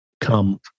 come